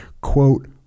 quote